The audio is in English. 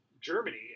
germany